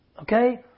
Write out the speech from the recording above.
Okay